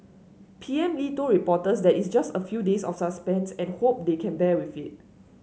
P M Lee told reporters that it's just a few days of suspense and hope they can bear with it